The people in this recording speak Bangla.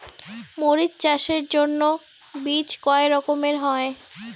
মরিচ চাষের জন্য বীজ কয় রকমের হয়?